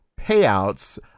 payouts